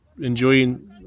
enjoying